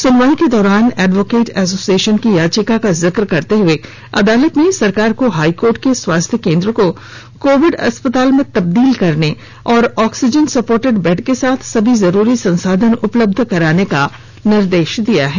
सुनवाई के दौरान एडवोकेट एसोसिएशन की याचिका का जिक करते हुए अदालत ने सरकार को हाई कोर्ट को स्वास्थ्य केंद्र को कोविड अस्पताल में तब्दील करने और ऑक्सीजन सपोर्टेड बेड के साथ सभी जरूरी संसाधन उपलब्ध कराने का निर्देश दिया है